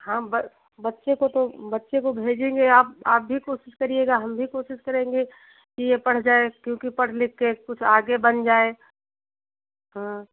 हाँ ब बच्चे को तो बच्चे को भेजेंगे आप आप भी कोशिश करिएगा हम भी कोशिश करेंगे कि यह पढ़ जाए क्योंकि पढ़ लिखकर कुछ आगे बन जाए हाँ